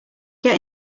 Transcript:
get